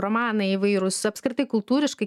romanai įvairūs apskritai kultūriškai